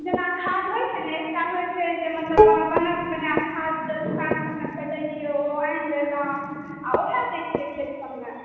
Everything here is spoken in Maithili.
जेना खाद होइ छै ने एक टा होइ छै जे मतलब बनल बनाएल खाद दोकान परमे भेटै छै ओ आनि लेलहुॅं आ वएह दै छियै खेत परमे